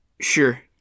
Sure